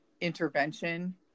intervention